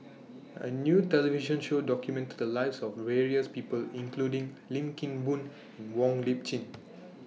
A New television Show documented The Lives of various People including Lim Kim Boon and Wong Lip Chin